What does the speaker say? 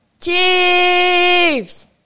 Chiefs